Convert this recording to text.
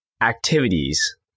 activities